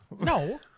No